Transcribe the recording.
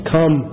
Come